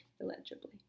illegibly